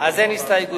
אז אין הסתייגויות.